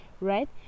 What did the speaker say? right